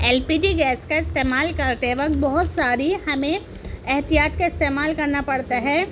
L P G gas کا استعمال کرتے وقت بہت ساری ہمیں احتیاط کا استعمال کرنا پڑتا ہے